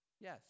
Yes